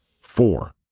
four